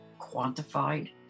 quantified